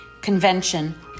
convention